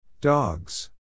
Dogs